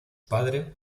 padre